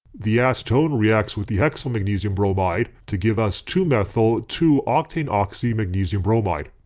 the acetone reacts with the hexylmagnesium bromide to give us two methyl two octanoxy magnesium bromide.